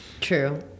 True